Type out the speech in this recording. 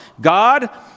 God